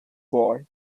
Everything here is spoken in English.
boy